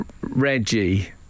Reggie